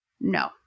no